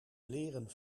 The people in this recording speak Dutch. leren